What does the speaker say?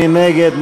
מי נגד?